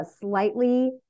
slightly